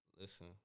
Listen